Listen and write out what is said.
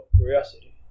curiosity